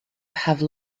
have